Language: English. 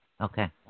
Okay